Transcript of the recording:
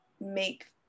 make